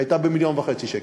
שהייתה ב-1.5 מיליון שקל.